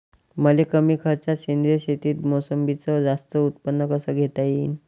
मले कमी खर्चात सेंद्रीय शेतीत मोसंबीचं जास्त उत्पन्न कस घेता येईन?